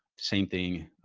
same thing,